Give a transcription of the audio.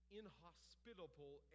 inhospitable